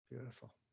Beautiful